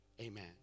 Amen